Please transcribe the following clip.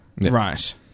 Right